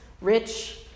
rich